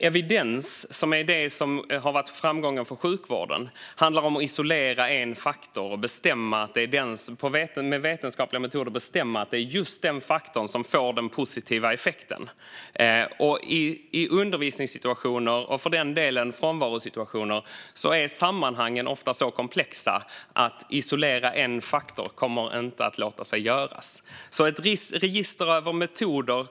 Evidens, som är det som har varit framgången för sjukvården, handlar om att isolera en faktor och med vetenskapliga metoder bestämma att det är just den faktorn som får den positiva effekten. I undervisningssituationer, och för delen frånvarosituationer, är sammanhangen ofta så komplexa att det inte kommer att låta sig göras att isolera en faktor.